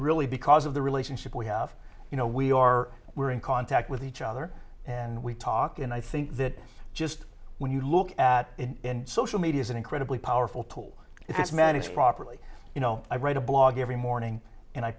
really because of the relationship we have you know we are we're in contact with each other and we talk and i think that just when you look at social media is an incredibly powerful tool that's managed properly you know i write a blog every morning and i